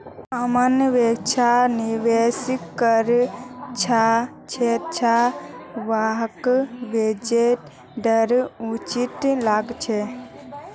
अमन वैछा निवेश कर छ जैछा वहाक ब्याज दर उचित लागछे